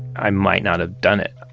i might not have done it.